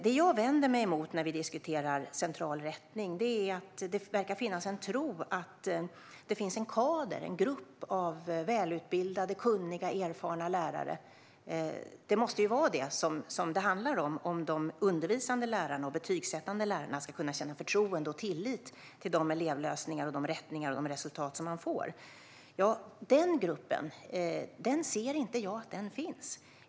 Det jag vänder mig emot när vi diskuterar central rättning är den tro som verkar finnas att det finns en kader - en grupp - av välutbildade, kunniga och erfarna lärare. Det måste handla om detta om de undervisande och betygsättande lärarna ska kunna känna förtroende för och tillit till de elevlösningar, rättningar och resultat som de får. Jag ser inte att denna grupp finns.